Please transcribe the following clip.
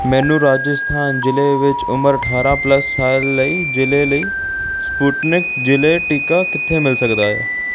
ਮੈਨੂੰ ਰਾਜਸਥਾਨ ਜ਼ਿਲ੍ਹੇ ਵਿੱਚ ਉਮਰ ਅਠਾਰਾਂ ਪਲੱਸ ਸਾਲ ਲਈ ਜ਼ਿਲ੍ਹੇ ਲਈ ਸਪੁਟਨਿਕ ਜ਼ਿਲ੍ਹੇ ਟੀਕਾ ਕਿੱਥੇ ਮਿਲ ਸਕਦਾ ਹੈ